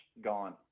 gone